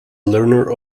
learner